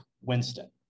Winston